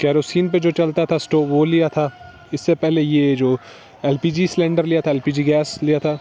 kerosene پہ جو چلتا تھا اسٹوو وہ لیا تھا اس سے پہلے یہ جو ایل پی جی سیلنڈر لیا تھا ایل پی جی گیس لیا تھا